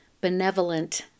benevolent